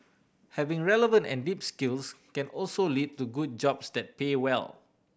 having relevant and deep skills can also lead to good jobs that pay well